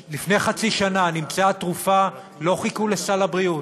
לפני חצי שנה נמצאה תרופה, לא חיכו לסל הבריאות,